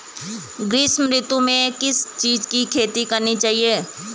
ग्रीष्म ऋतु में किस चीज़ की खेती करनी चाहिये?